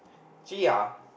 actually ya